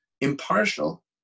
impartial